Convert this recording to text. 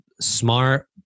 smart